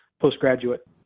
postgraduate